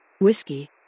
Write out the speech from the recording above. Whiskey